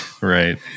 Right